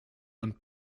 und